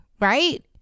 right